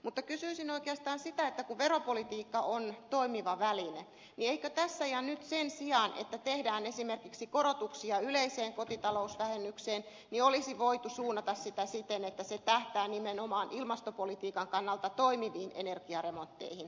mutta kysyisin oikeastaan sitä kun veropolitiikka on toimiva väline että eikö tässä ja nyt sen sijaan että tehdään esimerkiksi korotuksia yleiseen kotitalousvähennykseen olisi voitu suunnata sitä siten että se tähtää nimenomaan ilmastopolitiikan kannalta toimiviin energiaremontteihin